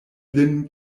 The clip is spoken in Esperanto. lin